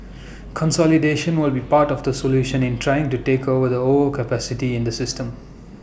consolidation will be part of the solution in trying to take over the overcapacity in the system